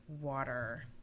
water